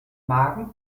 magen